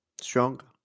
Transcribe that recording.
Stronger